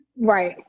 right